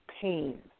pain